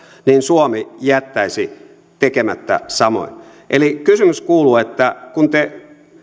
niin suomi jättäisi tekemättä samoin eli kysymys kuuluu kun te